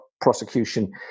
prosecution